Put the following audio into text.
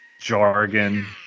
jargon